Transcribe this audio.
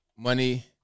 Money